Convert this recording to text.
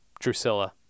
Drusilla